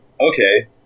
Okay